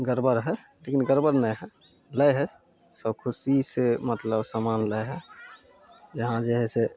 गड़बड़ हइ लेकिन गड़बड़ नहि हइ लै हइ सब खुशीसँ मतलब सामान लै हइ यहाँ जे हइ से